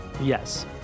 Yes